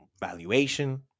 valuation